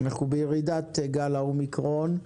אנחנו בירידת גל האומיקרון.